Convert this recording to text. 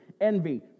envy